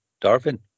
Darwin